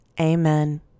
Amen